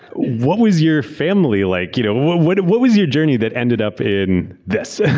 what was your family like? you know ah what what was your journey that ended up in this?